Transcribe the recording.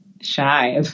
shy